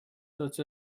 such